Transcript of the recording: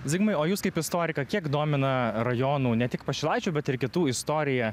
zigmai o jus kaip istoriką kiek domina rajonų ne tik pašilaičių bet ir kitų istorija